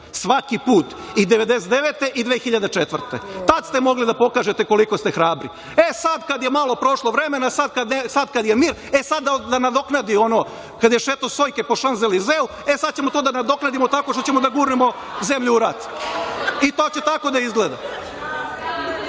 svaki put, i 1999. i 2004. godine. Tada ste mogli da pokažete koliko ste hrabri. E, sada kada je malo prošlo vremena, sada kada je mir, e sada nadoknadi ono kada je šetao Sojke po Šanzelizeu, e sada ćemo to da nadoknadimo tako što ćemo da gurnemo zemlju u rat. I to će tako da izgleda. Kaže